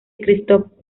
christoph